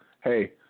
hey